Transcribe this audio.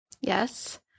Yes